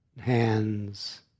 hands